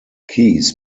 keys